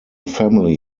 family